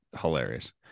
hilarious